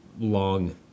long